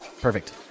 perfect